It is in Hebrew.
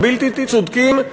הבלתי-צודקים,